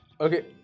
Okay